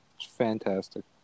fantastic